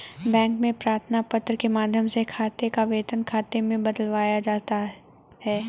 bank में प्रार्थना पत्र के माध्यम से खाते को वेतन खाते में बदलवाया जा सकता है